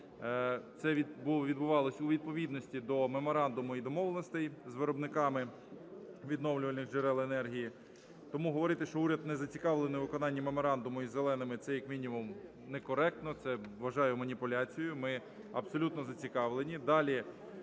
Це відбувалося у відповідності до меморандуму і домовленостей з виробниками відновлювальних джерел енергії. Тому говорити, що уряд не зацікавлений у виконанні меморандуму із "зеленими", це як мінімум некоректно, це вважаю маніпуляцією, ми абсолютно зацікавлені.